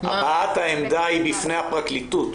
הבעת העמדה היא בפני הפרקליטות.